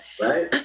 Right